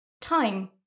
time